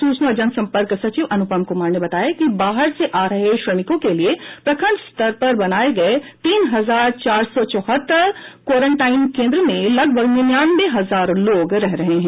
सूचना और जनसंपर्क सचिव अनुपम कमार ने बताया कि बाहर से आ रहे श्रमिकों के लिए प्रखंड स्तर पर बनाए गए तीन हजार चार सौ चौहत्तर क्वॉरेंटाइन केंद्र में लगभग निन्यानवे हजार लोग रह रहे हैं